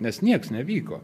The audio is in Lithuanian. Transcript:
nes nieks nevyko